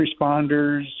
responders